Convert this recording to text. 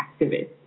activists